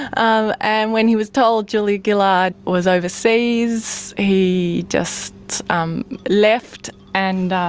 um and when he was told julia gillard was overseas, he just um left, and